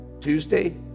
Tuesday